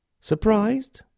Surprised